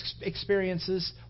experiences